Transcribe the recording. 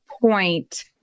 point